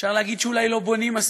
אפשר להגיד שאולי לא בונים מספיק.